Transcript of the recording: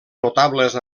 notables